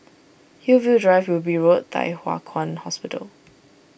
Hillview Drive Wilby Road Thye Hua Kwan Hospital